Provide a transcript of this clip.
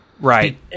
Right